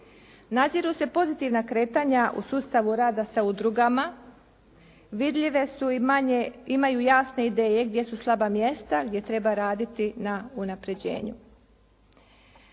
Naziru se pozitivna kretanja u sustavu rada sa udrugama. Vidljive su i manje, imaju jasne ideje gdje su slaba mjesta gdje treba raditi na unapređenju.